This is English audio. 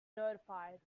notified